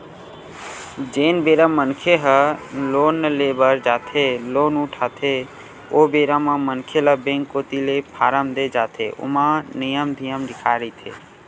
जेन बेरा मनखे ह लोन ले बर जाथे लोन उठाथे ओ बेरा म मनखे ल बेंक कोती ले फारम देय जाथे ओमा नियम धियम लिखाए रहिथे